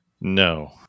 No